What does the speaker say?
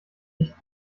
nicht